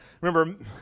remember